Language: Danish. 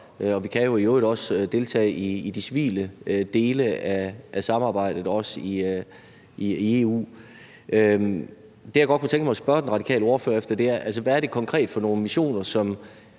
og vi kan jo i øvrigt også deltage i de civile dele af samarbejdet i EU-sammenhæng. Det, jeg godt kunne tænke mig at spørge den radikale ordfører om, er, hvad det konkret er for nogle missioner, som